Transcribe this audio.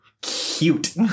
cute